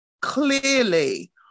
clearly